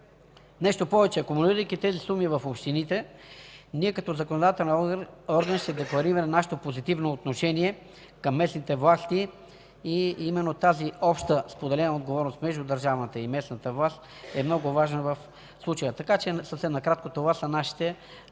Нещо повече, акумулирайки тези суми в общините, ние като законодателен орган ще декларираме нашето позитивно отношение към местните власти и именно тази обща споделена отговорност между държавната и местната власт е много важна в случая. Съвсем накратко, това са нашите